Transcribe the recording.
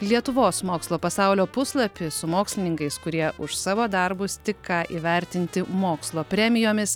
lietuvos mokslo pasaulio puslapį su mokslininkais kurie už savo darbus tik ką įvertinti mokslo premijomis